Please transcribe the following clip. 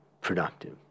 productive